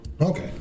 Okay